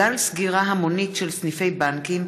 התשע"ט 2018,